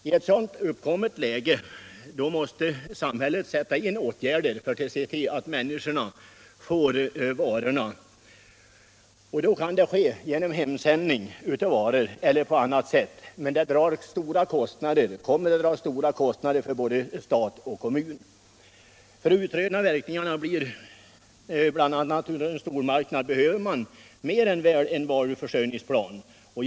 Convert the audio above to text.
I ett sådant läge måste samhället sätta in åtgärder för att se till att människorna kan få varor. Detta kan ske genom hemsändning av varor eller på annat sätt, men det kommer att dra stora kostnader för både stat och kommun. För att utröna verkningarna bl.a. av stormarknader behövs mer än väl varuförsörjningsplaner.